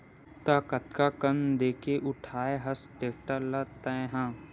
त कतका कन देके उठाय हस टेक्टर ल तैय हा?